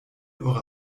eure